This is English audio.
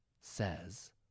says